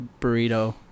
burrito